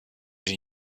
den